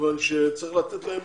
כיוון שצריך לתת להם